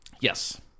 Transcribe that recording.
Yes